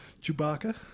Chewbacca